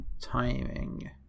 Timing